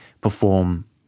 perform